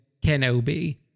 Kenobi